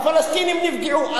והפלסטינים נפגעו,